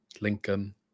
Lincoln